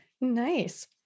Nice